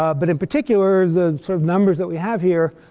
ah but in particular, the sort of numbers that we have here,